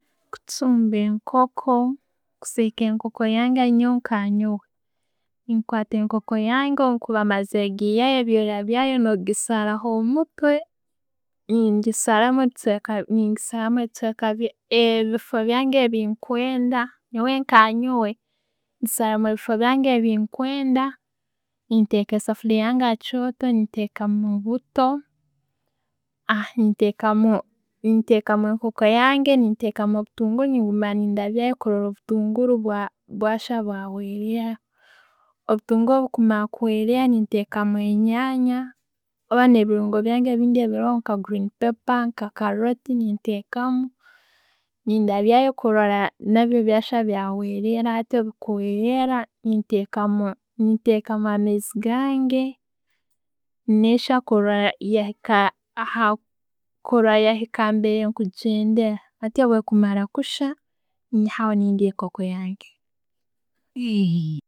Kuchumba enkook0, kusiika enkook0 nyowe nka nyowe, nenkwata enkooko yange bwekuba maziire giyaayo ebyo byaayo, nsaaraho 0mutwe, nengisaramu ebifii byange byenkwenda nyoowe nka nyoowe, nsaara ebifii byange byendikwenda, nenteka sefuliiya yange hakyoto ntekamu buto Nentekamu enkooko yange, nentekamu 0butunguru negumya ne ndabyayo kurora ngu 0butunguru bwahya bwawerera. 0butungulu bukumara kuwerera, nentekamu enjanja orba nebirungo byange ebindi ebiroho nka green paper, nka carooti, nentekamu. Nendabyayo kurora nabyo byahya byawerera. Hati Webukuwerera, nentekamu anaizi gange, nehya aha nambiri nkugyendera, hati bwekumara kuhya, nengihahonendya enkooko yange.